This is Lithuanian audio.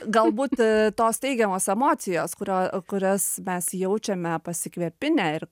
galbūt tos teigiamos emocijos kurio kurias mes jaučiame pasikvepinę ir